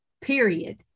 period